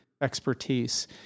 expertise